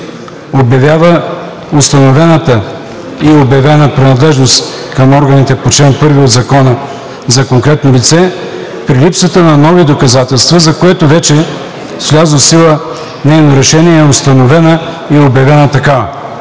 „обявява установената и обявена принадлежност към органите по чл. 1 от Закона за конкретно лице при липсата на нови доказателства, за което вече с влязло в сила нейно решение е установена и обявена такава“.